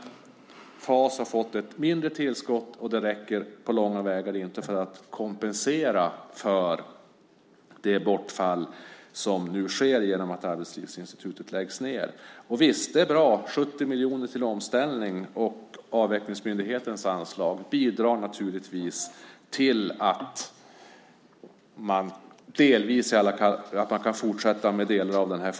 Fas har fått ett mindre tillskott, och det räcker inte på långa vägar för att kompensera för det bortfall som nu sker genom att Arbetslivsinstitutet läggs ned. Visst är 70 miljoner till omställning bra. Avvecklingsmyndighetens anslag bidrar naturligtvis till att forskningen kan fortsätta i vissa delar.